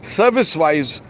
service-wise